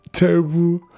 Terrible